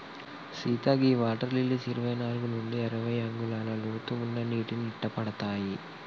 సీత గీ water lilies ఇరవై నాలుగు నుండి అరవై అంగుళాల లోతు ఉన్న నీటిని ఇట్టపడతాయి